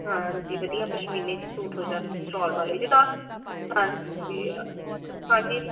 ਹਾਂਜੀ ਵਧੀਆ ਪਸ਼ਮੀਨੇ 'ਚ ਸੂਟ ਹੋ ਜਾਣ ਸ਼ੋਲ ਵਾਲੇ ਜਿੱਦਾਂ ਹਾਂਜੀ ਹਾਂਜੀ